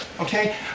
Okay